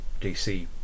DC